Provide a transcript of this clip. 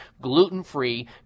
gluten-free